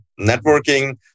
Networking